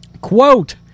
Quote